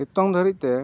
ᱱᱤᱛᱚᱝ ᱫᱷᱟᱹᱨᱤᱡᱛᱮ